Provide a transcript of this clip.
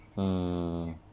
mm